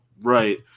Right